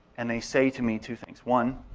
and they say to me two things. one,